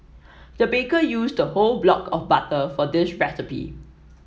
the baker used a whole block of butter for this recipe